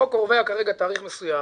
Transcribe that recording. החוק קובע כרגע תאריך מסוים.